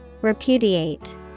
Repudiate